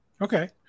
Okay